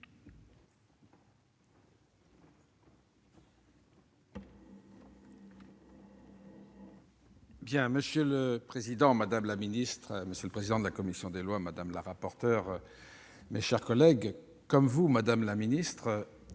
Monsieur le président, madame la secrétaire d'État, monsieur le président de la commission des lois, madame la rapporteure, mes chers collègues, comme vous, madame la secrétaire